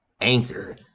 Anchor